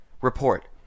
Report